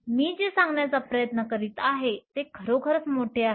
मी जे सांगण्याचा प्रयत्न करीत आहे ते खरोखरच मोठे आहे